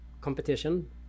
competition